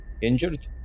injured